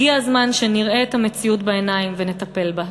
הגיע הזמן שנראה את המציאות בעיניים ונטפל בה.